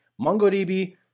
mongodb